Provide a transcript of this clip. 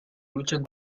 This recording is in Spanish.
luchan